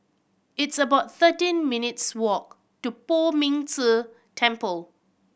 it's about thirteen minutes' walk to Poh Ming Tse Temple